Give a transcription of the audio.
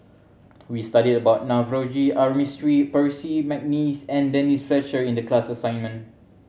we studied about Navroji R Mistri Percy McNeice and Denise Fletcher in the class assignment